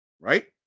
right